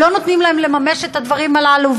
לא נותנים להם לממש את הדברים הללו?